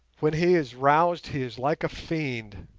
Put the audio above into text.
when he is roused he is like a fiend,